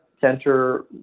center